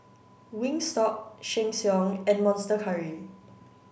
Wingstop Sheng Siong and Monster Curry